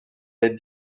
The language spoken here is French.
les